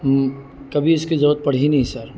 کبھی اس کی ضرورت پڑھی نہیں سر